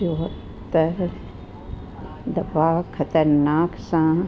जो त दफ़ा खतरनाक सां